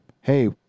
hey